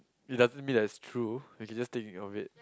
it doesn't mean that it's true we should just think of it